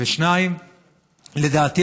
2. לדעתי,